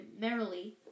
merrily